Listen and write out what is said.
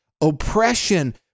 oppression